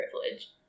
privilege